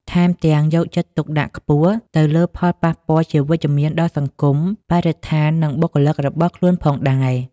ថែមទាំងយកចិត្តទុកដាក់ខ្ពស់ទៅលើផលប៉ះពាល់ជាវិជ្ជមានដល់សង្គម បរិស្ថាន និងបុគ្គលិករបស់ខ្លួនផងដែរ ។